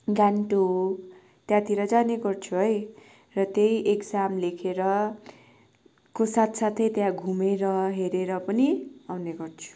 गान्तोक त्यहाँतिर जाने गर्छु है र त्यही इकजाम लेखेर को साथ साथै त्यहाँ घुमेर हेरेर पनि आउने गर्छु